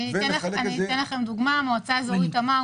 אתן לכם דוגמה: המועצה האזורית תמר,